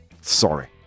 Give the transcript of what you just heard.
Sorry